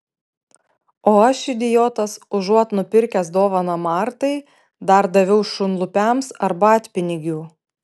o aš idiotas užuot nupirkęs dovaną martai dar daviau šunlupiams arbatpinigių